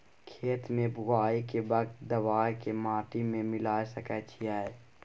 खेत के बुआई के वक्त दबाय के माटी में मिलाय सके छिये?